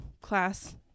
class